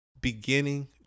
beginning